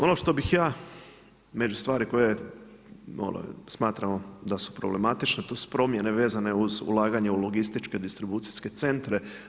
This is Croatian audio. Ono što bih ja među stvari koje ono smatramo da su problematične to su promjene vezane uz ulaganje u logističke distribucijske centre.